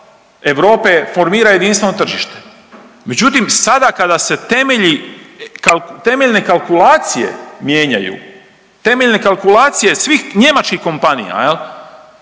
Europe formira jedinstveno tržište. Međutim, sada kada se temelji, temeljne kalkulacije mijenjaju, temeljne kalkulacije svih njemačkih kompanija